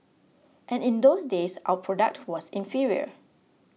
and in those days our product was inferior